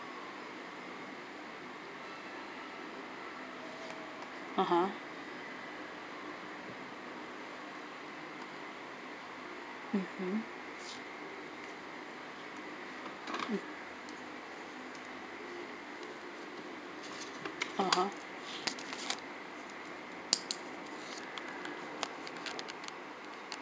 (uh huh)